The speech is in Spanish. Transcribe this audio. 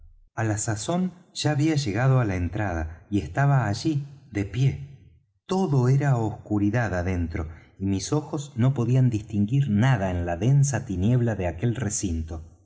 á la sazón ya había llegado á la entrada y estaba allí de pie todo era oscuridad adentro y mis ojos no podían distinguir nada en la densa tiniebla de aquel recinto